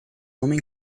homem